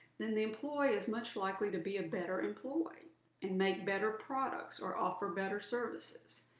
then the employee is much likely to be a better employee and make better products or offer better services.